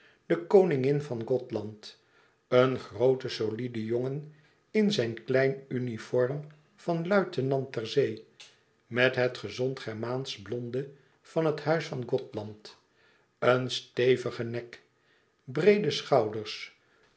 de koningin van gothland een groote solide jongen in zijn klein uniform van luitenant ter zee met het gezond germaansch blonde van het huis van gothland een stevigen nek breede schouders